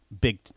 big –